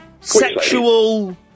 Sexual